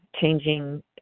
changing